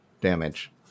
damage